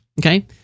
okay